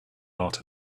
art